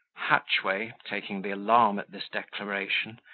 hatchway, taking the alarm at this declaration,